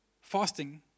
Fasting